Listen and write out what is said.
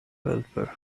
helper